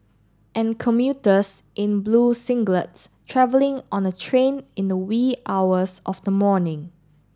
and commuters in blue singlets travelling on a train in the wee hours of the morning